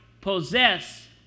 possess